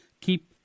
keep